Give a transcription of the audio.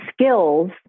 skills